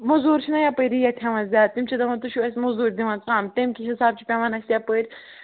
موٚزوٗرۍ چھِناہ یَپٲرۍ ریٹ ہٮ۪وان زیادٕ تِم چھِ دَپان تُہۍ چھِوٕ اَسہِ موٚزوٗرۍ دِوان کَم تَمہِ کہِ حِسابہٕ چھُ پٮ۪وان اَسہِ یَپٲرۍ